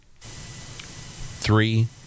three